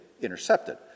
intercepted